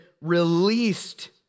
released